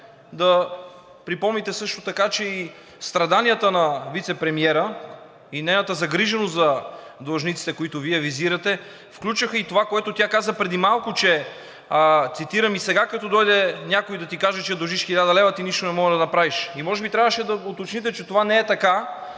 да припомните също така, че и страданията на вицепремиера и нейната загриженост за длъжниците, които Вие визирате, включваха и това, което тя каза преди малко, цитирам: „И сега, като дойде някой да ти каже, че дължиш 1000 лв., ти нищо не можеш да направиш.“ Може би трябваше да го уточните, че това не е така.